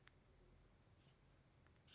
ಇಳುವರಿನ ಹೆಂಗ ಲೆಕ್ಕ ಹಾಕ್ತಾರಾ